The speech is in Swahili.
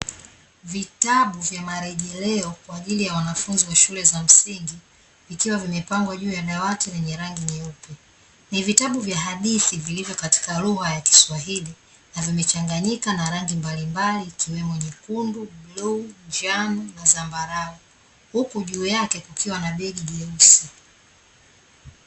Vitabu vya marejeleo kwa ajili ya wanafunzi wa shule za msingi, vikiwa vimepangwa juu ya dawati lenye rangi nyeupe. Ni vitabu vya hadithi vilivyo katika lugha ya kiswahili, na vimechanganyika na rangi mbalimbali ikiwemo: nyekundu, buluu, njano, na zambarau. Huku juu yake kukiwa na begi jeusi.